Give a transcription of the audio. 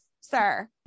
sir